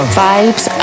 vibes